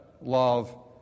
love